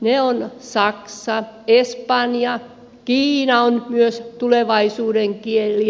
ne ovat saksa espanja ja kiina on myös tulevaisuuden kieli